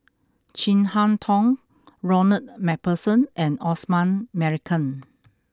Chin Harn Tong Ronald MacPherson and Osman Merican